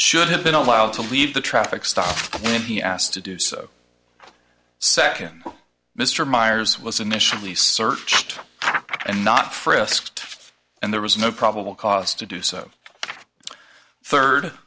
should have been allowed to leave the traffic stop when he asked to do so second mr meyers was initially searched and not frisked and there was no probable cause to do so third